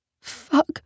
Fuck